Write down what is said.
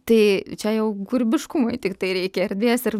tai čia jau kūrybiškumui tiktai reikia erdvės ir